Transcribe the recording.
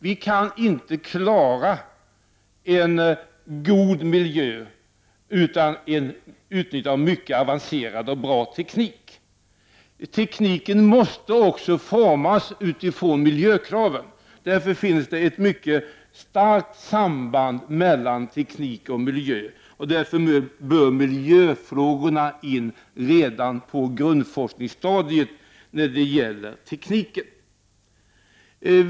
Vi kan inte klara en god miljö utan utbyggnad av en mycket avancerad och bra teknik. Tekniken måste också formas utifrån miljökraven. Därför finns det ett mycket starkt samband mellan teknik och miljö, därför bör miljöfrågorna tas med i beräkningen redan på grundforskningsstadiet när det gäller tekniken.